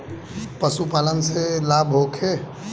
पशु पालन से लाभ होखे?